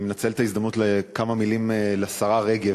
אני מנצל את ההזדמנות לכמה מילים לשרה רגב